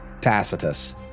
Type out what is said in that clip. Tacitus